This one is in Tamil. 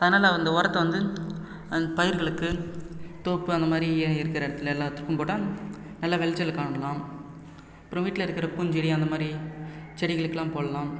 அதனால் நான் அந்த உரத்த வந்து பயிர்களுக்கு தோப்பு அந்த மாதிரி இருக்கிற இடத்துல எல்லாத்துக்கும் போட்டால் நல்ல விளச்சல காணலாம் அப்புறம் வீட்டில் இருக்கிற பூஞ்செடி அந்த மாதிரி செடிகளுக்கலாம் போடலாம்